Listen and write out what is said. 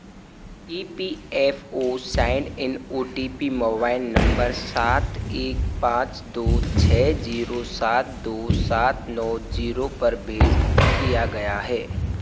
E P F O sign in O T P mobile number सात एक पाँच दो छः जीरो सात दो सात नौ जीरो पर भेज दिया गया है